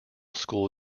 school